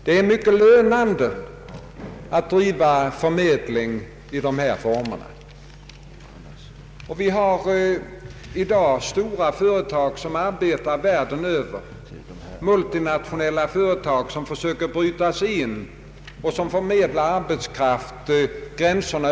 Det är mycket lönande att driva förmedling i dessa former. Det finns i dag stora företag som arbetar världen över, multinationella företag som ibland förmedlar arbetskraft över gränserna.